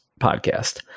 podcast